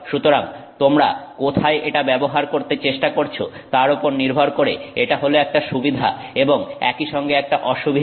সুতরাং তোমরা কোথায় এটা ব্যবহার করতে চেষ্টা করছ তার ওপর নির্ভর করে এটা হল একটা সুবিধা এবং একইসঙ্গে একটা অসুবিধা